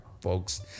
folks